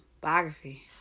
biography